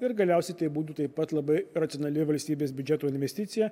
ir galiausiai tai būtų taip pat labai racionali valstybės biudžeto investicija